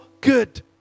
good